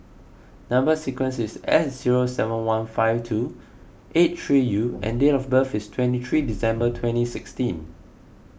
Number Sequence is S zero seven one five two eight three U and date of birth is twenty three December twenty sixteen